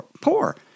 poor